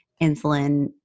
insulin